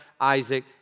Isaac